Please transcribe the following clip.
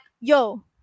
Yo